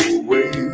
away